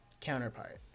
counterpart